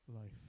life